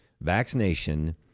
vaccination